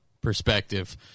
perspective